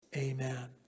Amen